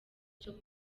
cyo